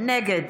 נגד